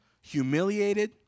humiliated